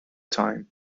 time